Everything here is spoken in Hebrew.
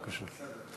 בבקשה.